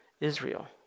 Israel